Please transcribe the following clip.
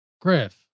Griff